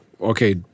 okay